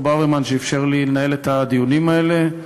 ברוורמן שאפשר לי לנהל את הדיונים האלה,